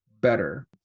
better